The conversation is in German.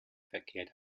verkehrt